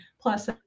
plus